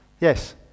Yes